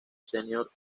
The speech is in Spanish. senior